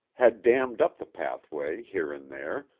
had dammed up the pathway, here and there,